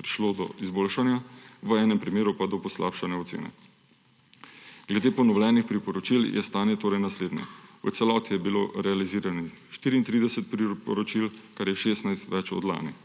prišlo do izboljšanja, v enem primeru pa do poslabšanja ocene. Glede ponovljenih priporočil je stanje torej naslednje. V celoti je bilo realiziranih 34 priporočil, kar je 16 več od lani.